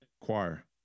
Choir